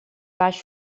baix